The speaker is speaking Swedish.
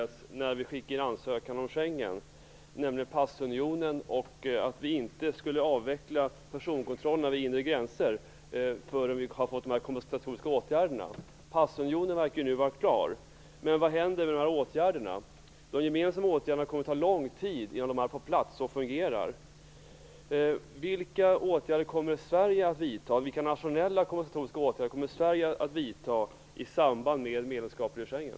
Herr talman! Justitieministern berättar om två förbehåll som gjordes när Sverige skickade in ansökan om Schengenmedlemskap - passunionen och att personkontrollen inte skulle avvecklas vid inre gränser innan de kompensatoriska åtgärderna vidtagits. Passunionen verkar vara klar nu, men vad händer med åtgärderna? Det kommer att ta lång tid innan de gemensamma åtgärderna fungerar på plats. Vilka nationella kompensatoriska åtgärder kommer Sverige att vidta i samband med medlemskapet i Schengen?